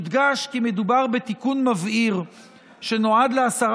יודגש כי מדובר בתיקון מבהיר שנועד להסרת